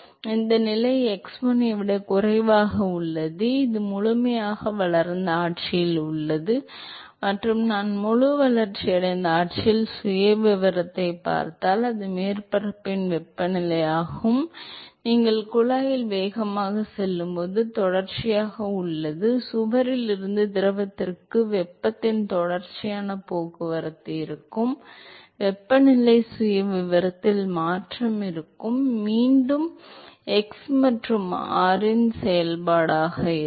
எனவே இந்த நிலை x1 ஐ விட குறைவாக உள்ளது இது முழுமையாக வளர்ந்த ஆட்சியில் உள்ளது மற்றும் நான் முழு வளர்ச்சியடைந்த ஆட்சியில் சுயவிவரத்தைப் பார்த்தால் மீண்டும் அது மேற்பரப்பின் வெப்பநிலையாகும் மேலும் நீங்கள் குழாயில் வேகமாகச் செல்லும்போது தொடர்ச்சியாக உள்ளது சுவரில் இருந்து திரவத்திற்கு வெப்பத்தின் தொடர்ச்சியான போக்குவரத்து இருக்கும் எனவே வெப்பநிலை சுயவிவரத்தில் மாற்றம் இருக்கும் மீண்டும் இது x மற்றும் r இன் செயல்பாடாக இருக்கும்